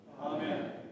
Amen